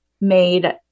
made